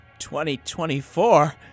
2024